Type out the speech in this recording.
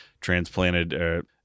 transplanted –